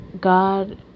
God